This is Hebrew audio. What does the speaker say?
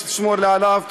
שתשמור לי עליו.